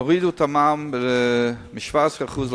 אבל איזה פלא שהמדינה הורידה מ-17% מע"מ